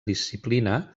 disciplina